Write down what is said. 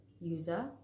user